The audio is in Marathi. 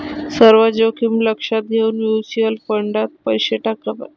सर्व जोखीम लक्षात घेऊन म्युच्युअल फंडात पैसा टाकावा